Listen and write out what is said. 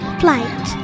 flight